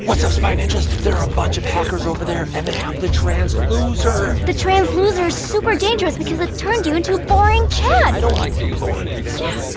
what's up spy ninjas! there are a bunch of hackers over there and they have the transloser. the transloser is super dangerous because it turns you into a boring chad. i don't like being boring. yeah,